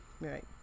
Right